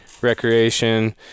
recreation